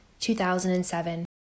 2007